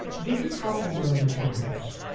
this is how i water my plants.